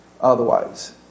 otherwise